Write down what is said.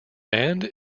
band